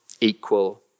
equal